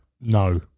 No